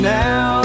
now